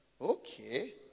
okay